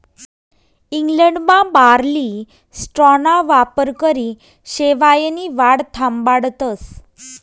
इंग्लंडमा बार्ली स्ट्राॅना वापरकरी शेवायनी वाढ थांबाडतस